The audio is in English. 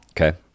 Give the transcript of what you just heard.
Okay